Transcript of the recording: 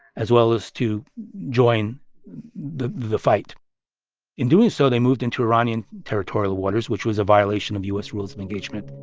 as well as to join the the fight in doing so, they moved into iranian territorial waters, which was a violation of u s. rules of engagement